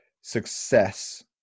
success